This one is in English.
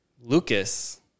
Lucas